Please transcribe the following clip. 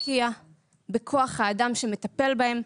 להשקיע בכוח האדם שמטפל בהם,